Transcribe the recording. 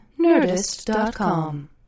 Nerdist.com